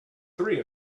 three